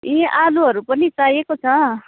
ए आलुहरू पनि चाहिएको छ